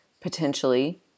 potentially